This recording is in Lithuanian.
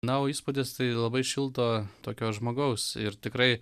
na o įspūdis tai labai šilto tokio žmogaus ir tikrai